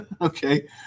Okay